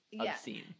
obscene